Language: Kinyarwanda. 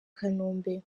kanombe